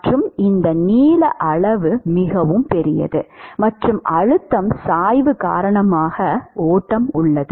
மற்றும் இந்த நீள அளவு மிகவும் பெரியது மற்றும் அழுத்தம் சாய்வு காரணமாக ஓட்டம் உள்ளது